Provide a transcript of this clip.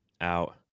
out